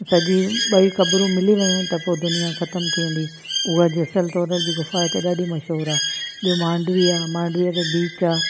सॼी ॿई कबरूं मिली वियूं त पोइ दुनियां ख़तम थी वेंदी उहा जेसल तोरल जी ग़ुफ़ा हिते ॾाढी मशहूरु आहे ॿियो मांडवी आहे मांडवीअ ते बीच आहे